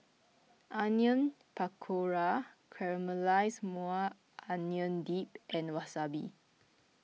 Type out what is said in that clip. Onion Pakora Caramelized Maui Onion Dip and Wasabi